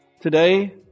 Today